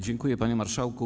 Dziękuję, panie marszałku.